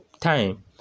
time